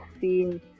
seen